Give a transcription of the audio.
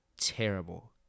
Terrible